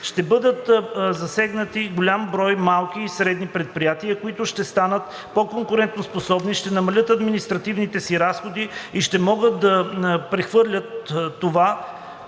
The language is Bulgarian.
Ще бъдат засегнати голям брой малки и средни предприятия, които ще станат по конкурентоспособни, ще намалят административните си разходи и ще могат да прехвърлят това